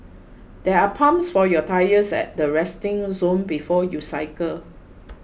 there are pumps for your tyres at the resting zone before you cycle